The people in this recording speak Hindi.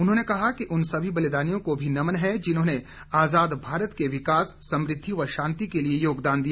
उन्होंने कहा कि उन सभी बलदानियों को भी नमन है जिन्होंने आजाद भारत के विकास समृद्धि व शांति के लिए योगदान दिया